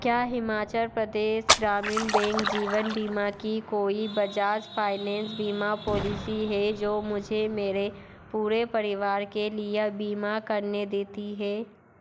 क्या हिमाचल प्रदेश ग्रामीण बैंक जीवन बीमा की कोई बजाज फाइनेंस बीमा पॉलिसी है जो मुझे मेरे पूरे परिवार के लिए बीमा करने देती है